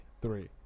three